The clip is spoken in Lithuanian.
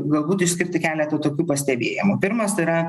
galbūt išskirti keletą tokių pastebėjimų pirmas yra